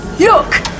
Look